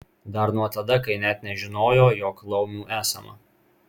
dar nuo tada kai net nežinojo jog laumių esama